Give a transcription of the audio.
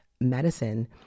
medicine